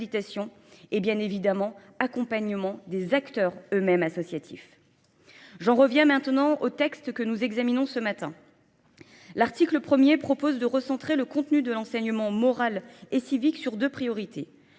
et bien évidemment accompagnement des acteurs eux-mêmes associatifs. J'en reviens maintenant au texte que nous examinons ce matin. L'article 1er propose de recentrer le contenu de l'enseignement moral et civique sur deux priorités,